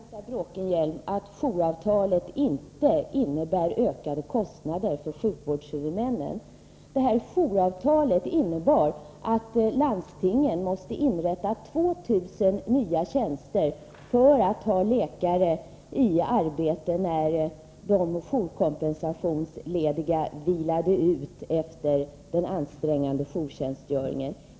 Herr talman! Det är fel, Anita Bråkenhielm, att jouravtalet inte innebär ökade kostnader för sjukvårdshuvudmännen. Jouravtalet innebar att landstingen måste inrätta 2 000 nya tjänster för att ha läkare i arbete när de jourkompensationslediga vilade ut efter den ansträngande jourtjänstgöringen.